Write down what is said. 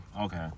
Okay